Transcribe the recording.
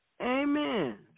Amen